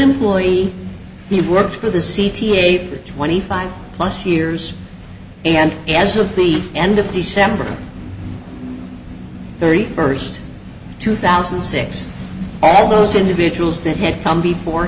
employee he worked for the c t a twenty five plus years and as of the end of december thirty first two thousand and six all those individuals that had come before